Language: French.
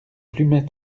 plumet